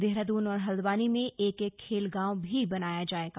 देहरादून और हल्द्वानी में एक एक खेल गांव भी बनाया जायेगा